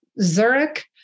Zurich